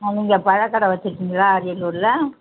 ஆ நீங்கள் பழக் கடை வெச்சுருக்கீங்களா அரியலூரில்